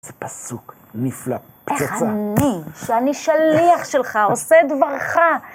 זה פסוק נפלא, פצצה. איך אני, שאני שליח שלך, עושה דברך.